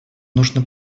нужно